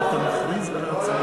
נוספת?